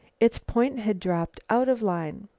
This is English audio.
its point had dropped out of line.